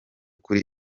kuri